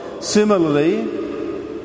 Similarly